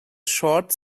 short